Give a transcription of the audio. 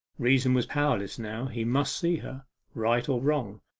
reason was powerless now he must see her right or wrong,